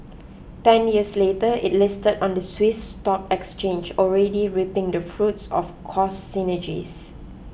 ten years later it listed on the Swiss stock exchange already reaping the fruits of cost synergies